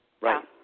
Right